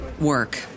work